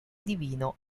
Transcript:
divino